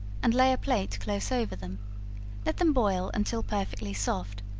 and lay a plate close over them let them boil until perfectly soft,